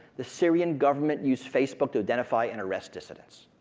the syrian government used facebook to identify and arrest dissidents.